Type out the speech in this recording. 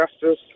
justice